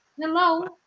Hello